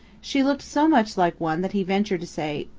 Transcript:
she looked so much like one that he ventured to say,